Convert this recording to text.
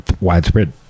widespread